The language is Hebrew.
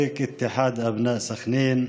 (אומר דברים בשפה הערבית,